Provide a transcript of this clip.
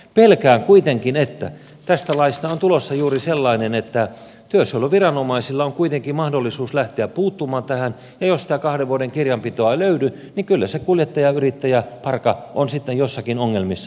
pelkään kuitenkin että tästä laista on tulossa juuri sellainen että työsuojeluviranomaisilla on kuitenkin mahdollisuus lähteä puuttumaan tähän ja jos sitä kahden vuoden kirjanpitoa ei löydy niin kyllä se kuljettajayrittäjäparka on sitten jossakin ongelmissa